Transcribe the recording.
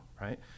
right